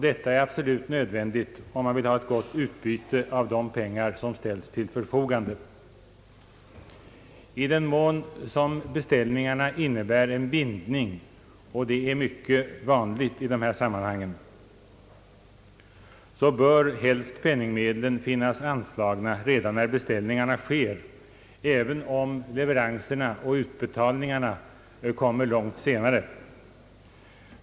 Detta är absolut nödvändigt om man vill ha ett gott utbyte av de pengar som ställs till förfogande. I den mån som beställningarna innebär en bindning för flera år — och det är mycket vanligt i dessa sammanhang — bör penningmedlen finnas anslagna redan när beställningarna sker, även om leveranserna och utbetalningarna kommer långt senare.